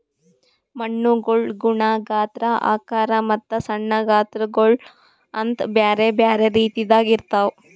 ಮಣ್ಣುಗೊಳ್ ಗುಣ, ಗಾತ್ರ, ಆಕಾರ ಮತ್ತ ಸಣ್ಣ ಗಾತ್ರಗೊಳ್ ಅಂತ್ ಬ್ಯಾರೆ ಬ್ಯಾರೆ ರೀತಿದಾಗ್ ಇರ್ತಾವ್